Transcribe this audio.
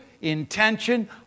intention